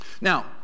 Now